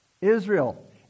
Israel